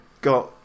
got